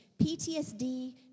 PTSD